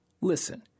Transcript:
Listen